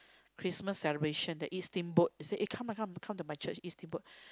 Christmas celebration to eat steamboat she say eh come lah come come to my church eat steamboat